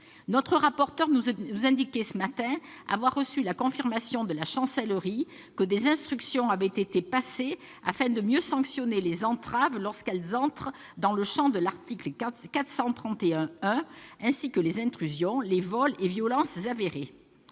Notre rapporteur nous a indiqué ce matin avoir reçu la confirmation de la Chancellerie que des instructions avaient été transmises, afin de mieux sanctionner les entraves lorsqu'elles entrent dans le champ de l'article 431-1, ainsi que les intrusions, les vols et violences avérés.